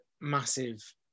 massive